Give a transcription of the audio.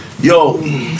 Yo